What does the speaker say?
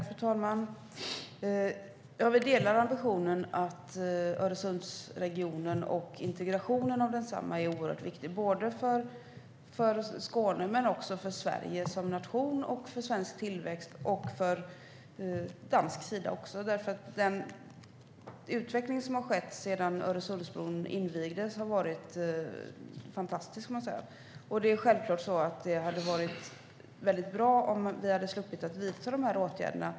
Fru talman! Vi delar uppfattningen att Öresundsregionen och integrationen av densamma är oerhört viktig för Skåne, Sverige som nation, för svensk tillväxt och för Danmark. Utvecklingen sedan Öresundsbron invigdes har varit fantastisk. Det hade varit bra om vi hade sluppit vidta dessa åtgärder.